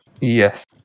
Yes